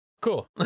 Cool